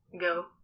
go